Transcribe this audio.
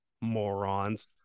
morons